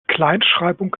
kleinschreibung